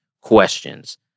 questions